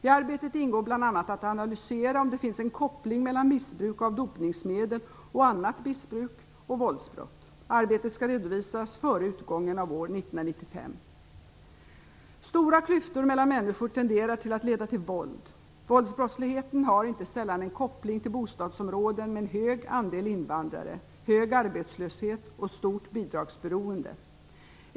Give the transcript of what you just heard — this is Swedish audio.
I arbetet ingår bl.a. att analysera om det finns en koppling mellan missbruk av dopningsmedel och annat missbruk och våldsbrott. Arbetet skall redovisas före utgången av Stora klyftor mellan människor tenderar till att leda till våld. Våldsbrottsligheten har inte sällan en koppling till bostadsområden med en hög andel invandrare, hög arbetslöshet och stort bidragsberoende.